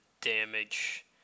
damage